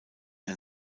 ein